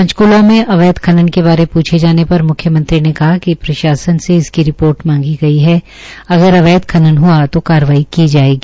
पंचक्ला में अवैध खनन के बारे पुछे जाने पर मुख्यमंत्री ने कहा कि प्रशासन से इसकी रिपोर्ट मांगी गई है अगर अवैध खनन हआ तो कारवाई की जायेगी